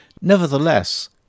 Nevertheless